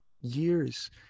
years